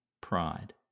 Pride